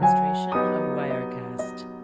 wirecast